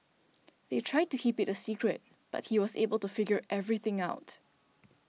they tried to keep it a secret but he was able to figure everything out